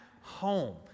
home